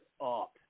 up